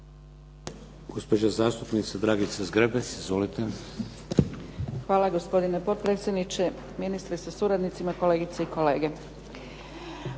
Hvala gospodine potpredsjedniče, ministre sa suradnicima, kolegice i kolege.